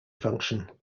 function